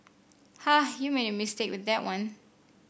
ha you made a mistake with that one